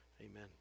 Amen